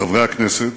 חברי הכנסת,